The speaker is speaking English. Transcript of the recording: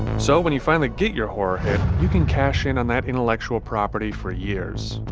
so when you finally get your horror hit, you can cash in on that intellectual property for years.